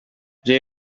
jay